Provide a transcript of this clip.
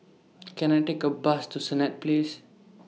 Can I Take A Bus to Senett Place